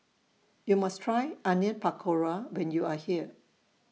YOU must Try Onion Pakora when YOU Are here